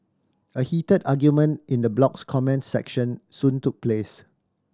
a heated argument in the blog's comment section soon took place